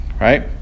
right